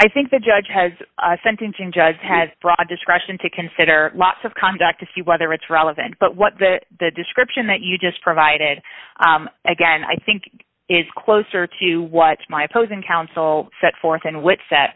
i think the judge has a sentencing judge has broad discretion to consider lots of conduct to see whether it's relevant but what the the description that you just provided again i think is closer to what my opposing counsel set forth and which